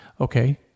Okay